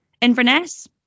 Inverness